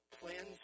plans